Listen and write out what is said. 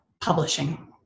publishing